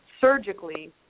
surgically